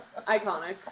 Iconic